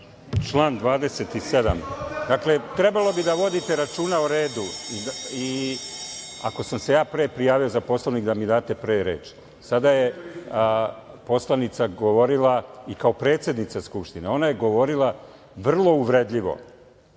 Član 27. Trebalo bi da vodite računa o redu. Ako sam se ja pre prijavio za Poslovnik, da mi date pre reč. Sada je poslanica govorila i kao predsednica Skupštine. Ona je govorila vrlo uvredljivo,